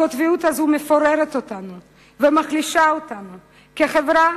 הקוטביות הזאת מפוררת אותנו ומחלישה אותנו כחברה,